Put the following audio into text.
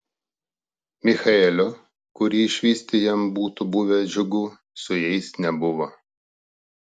michaelio kurį išvysti jam būtų buvę džiugu su jais nebuvo